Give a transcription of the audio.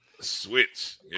Switch